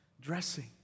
dressing